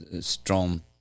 strong